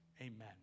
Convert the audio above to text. Amen